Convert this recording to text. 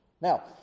Now